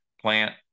plant